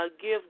give